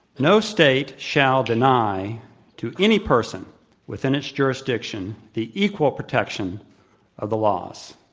no state shall deny to any person within its jurisdiction the equal protection of the laws.